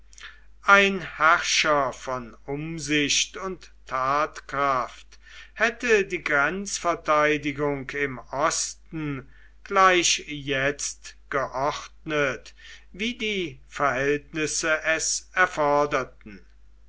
ein herrscher von umsicht und tatkraft hätte die grenzverteidigung im osten gleich jetzt geordnet wie die verhältnisse es erforderten